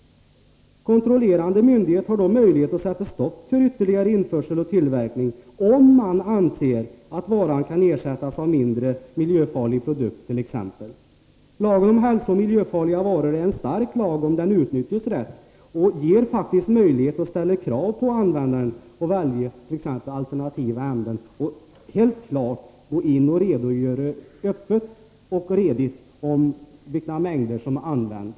Kontrollerande myndighet har då möjlighet att sätta stopp för ytterligare införsel och tillverkning, om man t.ex. anser att varan kan ersättas av en mindre miljöfarlig produkt. Lagen om hälsooch miljöfarliga varor är en stark lag, om den utnyttjas rätt. Den ger faktiskt möjlighet att ställa krav på användaren att välja alternativa ämnen och att redogöra öppet och redigt för vilka mängder som används.